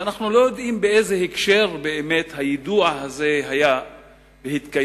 ואנחנו לא יודעים באיזה הקשר באמת היידוע הזה היה והתקיים,